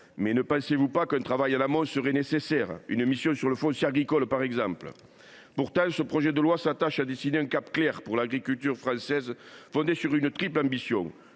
Mais ne pensez vous pas qu’un travail en amont serait nécessaire ? Je pense par exemple à une mission sur le foncier agricole. Pourtant, ce projet de loi s’attache à dessiner un cap clair pour l’agriculture française, fondé sur une triple ambition